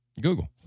Google